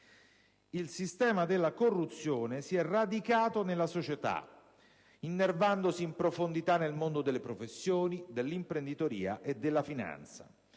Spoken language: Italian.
il sistema della corruzione si è radicato nella società, innervandosi in profondità nel mondo delle professioni, dell'imprenditoria e della finanza.